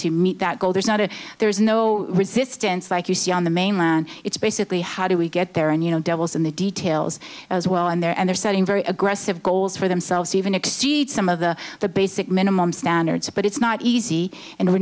to meet that goal there's not and there's no resistance like you see on the mainland it's basically how do we get there and you know devil's in the details as well and they're and they're setting very aggressive goals for themselves even exceed some of the the basic minimum standards but it's not easy and we